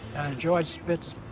george spitz